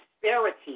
prosperity